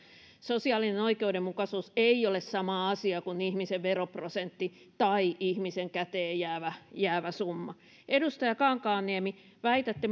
sosiaalinen oikeudenmukaisuus ei ei ole sama asia kuin ihmisen veroprosentti tai ihmisen käteen jäävä jäävä summa edustaja kankaanniemi väitätte